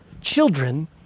children